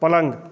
पलंग